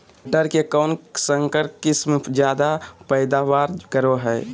मटर के कौन संकर किस्म जायदा पैदावार करो है?